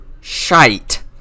shite